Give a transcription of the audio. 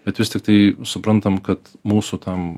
bet vis tiktai suprantam kad mūsų tam